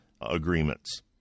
agreements